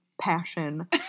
passion